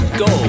go